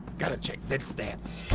gotta check vid stats.